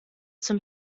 zum